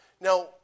Now